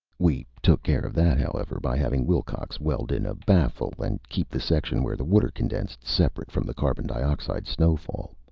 we took care of that, however, by having wilcox weld in a baffle and keep the section where the water condensed separate from the carbon dioxide snowfall.